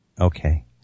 Okay